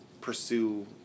pursue